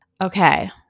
Okay